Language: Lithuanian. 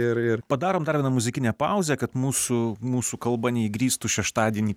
ir ir padarom dar vieną muzikinę pauzę kad mūsų mūsų kalba neįgristų šeštadienį